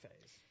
phase